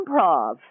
improv